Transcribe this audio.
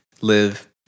live